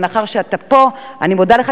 אבל מאחר שאתה פה אני מודה לך,